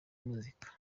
muzika